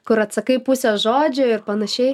kur atsakai pusę žodžio ir panašiai